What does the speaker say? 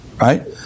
right